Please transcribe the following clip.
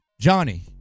Johnny